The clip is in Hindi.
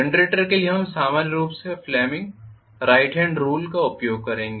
जनरेटर के लिए हम सामान्य रूप से फ्लेमिंग राइट हॅंड रूल का उपयोग करेंगे